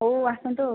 ହଉ ଆସନ୍ତୁ ଆଉ